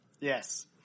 yes